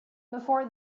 before